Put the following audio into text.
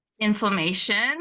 inflammation